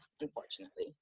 unfortunately